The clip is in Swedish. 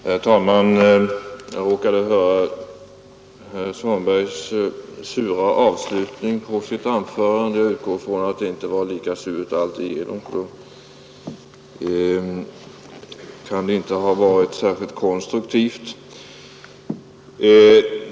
Herr talman! Jag råkade höra herr Svanbergs sura avslutning på sitt anförande och utgår från att det inte var lika surt alltigenom. Annars kan det inte ha varit särskilt konstruktivt.